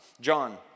John